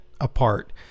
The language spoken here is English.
apart